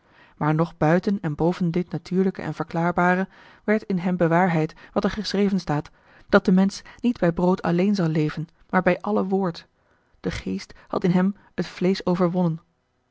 maar nog buiten en boven dit natuurlijke en verklaarbare werd in hem bewaarheid wat er geschreven staat dat de mensch niet bij brood alleen zal leven maar bij alle woord de geest had in hem het vleesch overwonnen